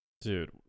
Dude